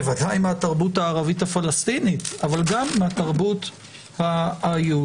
בוודאי מהתרבות הערבית הפלסטינית אבל גם מהתרבות היהודית.